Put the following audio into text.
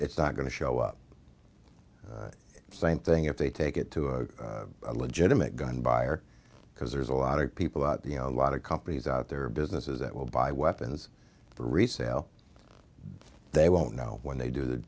it's not going to show up same thing if they take it to a legitimate gun buyer because there's a lot of people out you know a lot of companies out there businesses that will buy weapons for resale they won't know when they do the